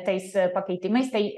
tais pakeitimais tai